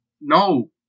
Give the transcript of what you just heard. No